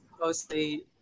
mostly